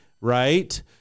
right